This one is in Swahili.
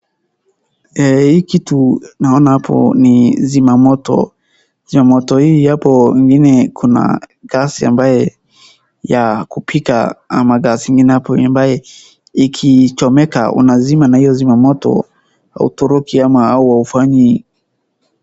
Hii kitu naona hapo ni zima moto na zima moto hii hapo ingine kuna gas ambaye ya kupika ama gas ingine hapo ambaye ikichomeka unazima na hiyo zima moto, hautoroki au haufanyi.